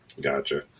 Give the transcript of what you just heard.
Gotcha